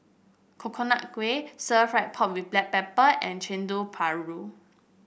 Coconut Kuih stir fry pork with Black Pepper and chendeng paru ru